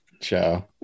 show